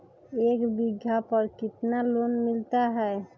एक बीघा पर कितना लोन मिलता है?